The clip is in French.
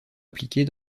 appliquée